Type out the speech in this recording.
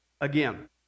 again